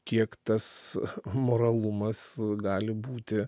kiek tas moralumas gali būti